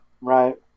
Right